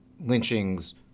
lynchings